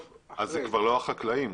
אלה כבר לא החקלאים.